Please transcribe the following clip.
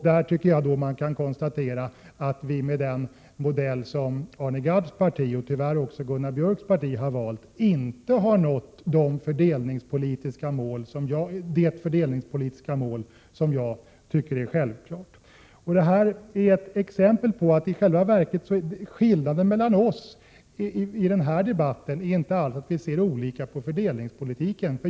Men vi kan konstatera att med den modell som Arne Gadds parti, och tyvärr även Gunnar Björks parti, har valt har vi inte nått det fördelningspolitiska målet. Detta är ett exempel på att skillnaden mellan oss i den här debatten inte är att vi har olika syn på fördelningspolitiken.